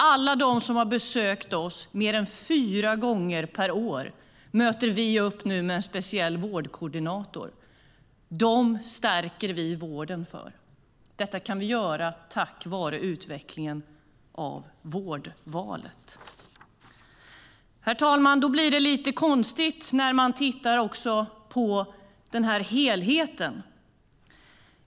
Alla de som har besökt oss mer än fyra gånger per år möter vi med en speciell vårdkoordinator. Dem stärker vi vården för. Detta kan vi göra tack vare utvecklingen av vårdvalet. Herr talman! Då blir det lite konstigt när man tittar på helheten.